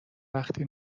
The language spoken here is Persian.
وقتی